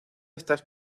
estas